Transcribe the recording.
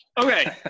Okay